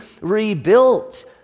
rebuilt